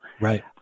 Right